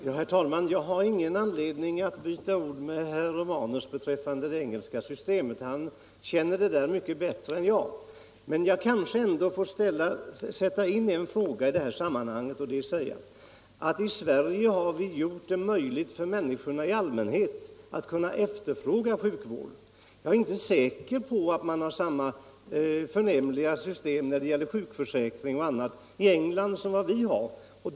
Herr talman! Jag har ingen anledning att byta ord med herr Romanus beträffande det engelska systemet. Han känner till det mycket bättre än jag. Men jag kanske får påpeka en sak i detta sammanhang: I Sverige har vi gjort det möjligt för människorna i allmänhet att efterfråga sjukvård. Jag är inte säker på att man har samma förnämliga system när det gäller t.ex. sjukförsäkring i England som vi har.